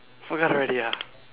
forgot already ah